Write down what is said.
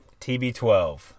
TB12